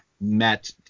met